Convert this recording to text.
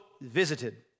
visited